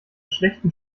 schlechten